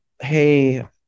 hey